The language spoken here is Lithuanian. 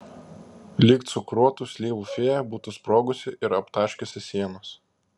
lyg cukruotų slyvų fėja būtų sprogusi ir aptaškiusi sienas